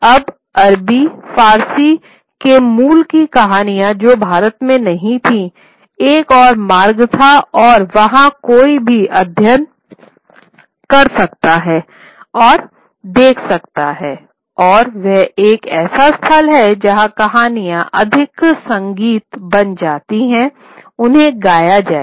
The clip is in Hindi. अब अरबी फ़ारसी के मूल की कहानियाँ जो भारत में नहीं थी एक और मार्ग था और वहां कोई भी अध्ययन कर सकता है और देख सकता है और वह एक ऐसा स्थल था जहाँ कहानियाँ अधिक संगीत बन जाती थीं उन्हें गाया जाएगा